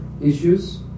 issues